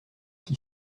qui